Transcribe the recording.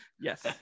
yes